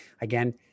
Again